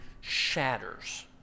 shatters